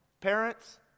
Parents